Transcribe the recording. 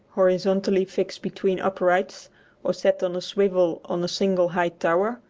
horizontally fixed between uprights or set on a swivel on a single high tower,